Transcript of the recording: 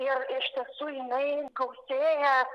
ir iš tiesų jinai gausėja